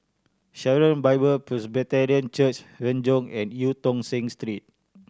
Sharon Bible Presbyterian Church Renjong and Eu Tong Sen Street